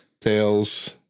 tails